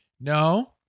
no